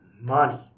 money